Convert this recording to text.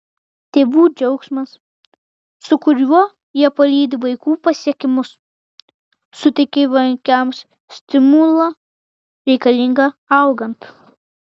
tėvų džiaugsmas su kuriuo jie palydi vaikų pasiekimus suteikia vaikams stimulą reikalingą augant